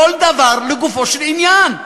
כל דבר לגופו של עניין,